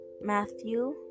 matthew